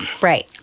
Right